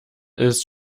ist